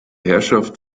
herrschaft